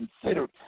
considered